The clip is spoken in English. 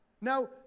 Now